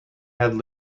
had